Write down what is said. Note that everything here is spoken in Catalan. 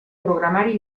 programari